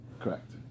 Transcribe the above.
correct